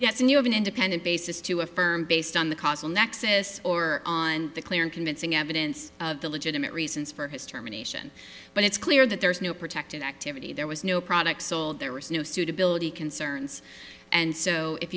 yes and you have an independent basis to affirm based on the causal nexus or on the clear and convincing evidence of the legitimate reasons for his terminations but it's clear that there is no protected activity there was no product sold there was no suitability concerns and so if